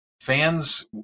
Fans